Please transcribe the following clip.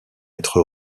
être